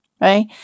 right